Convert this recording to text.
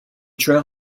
trail